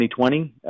2020